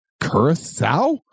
Curacao